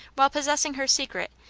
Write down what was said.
while possessing her secret,